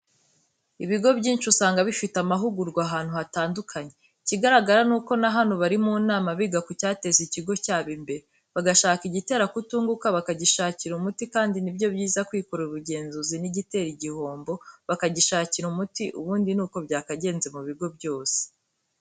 Ibigo byinshi usanga bifite amahugurwa ahantu hatandukanye, ikigaragara nuko na hano bari mu nama biga ku cyateza ikigo cyabo imbere, bagashaka igitera kutunguka bakagishakira umuti kandi ni byo byiza kwikorera ubugenzuzi n'igitera igihombo bakagishakira umuti ubundi nuko byakagenze mu bigo byose.